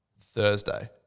Thursday